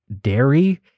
dairy